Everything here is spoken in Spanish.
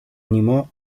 animó